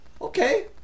okay